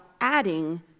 adding